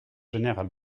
générale